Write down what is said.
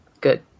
good